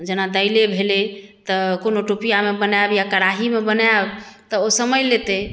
जेना दालि भेलै तऽ कोनो टोपिआमे बनायब या कढ़ाइमे बनायब तऽ ओ समय लेतै